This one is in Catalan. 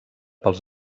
pels